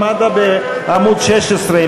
אמרכלות,